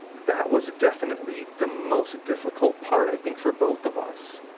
that was definitely the most difficult part, i think, for both of us.